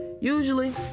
usually